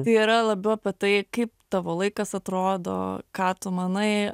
tai yra labiau apie tai kaip tavo laikas atrodo ką tu manai